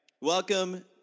welcome